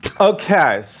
Okay